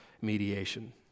mediation